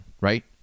right